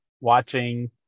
watching